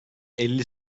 elli